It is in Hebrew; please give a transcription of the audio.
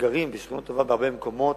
בשכנות טובה בהרבה מקומות.